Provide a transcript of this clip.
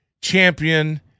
champion